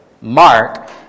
Mark